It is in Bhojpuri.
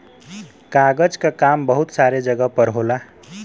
कागज क काम बहुत सारे जगह पर होला